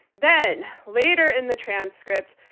then, later in the transcript,